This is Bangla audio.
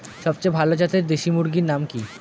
সবচেয়ে ভালো জাতের দেশি মুরগির নাম কি?